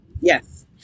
Yes